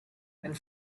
and